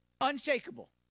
Unshakable